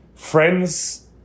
Friends